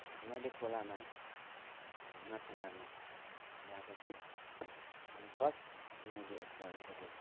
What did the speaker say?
मैले खोलामा माछा मार्न बनाएको थियो अनि फर्स्ट मैले यसलाई अलिकति